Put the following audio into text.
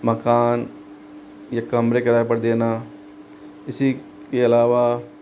मकान या कमरे किराए पर देना इसी के अलावा